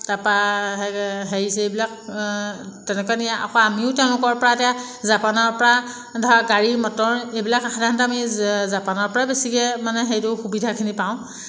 তাৰপৰা হেৰি চেৰিবিলাক তেনেকৈ নিয়ে আকৌ আমিও তেওঁলোকৰপৰা এতিয়া জাপানৰপৰা ধৰা গাড়ী মটৰ এইবিলাক সাধাৰণতে আমি জাপানৰপৰাই বেছিকৈ মানে হেৰিটো সুবিধাখিনি পাওঁ